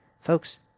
Folks